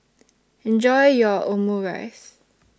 Enjoy your Omurice